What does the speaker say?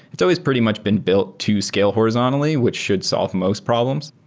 it's always pretty much been built to scale horizontally, which should solve most problems.